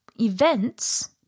events